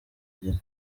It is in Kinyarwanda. gihe